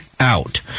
out